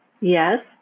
Yes